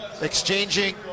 Exchanging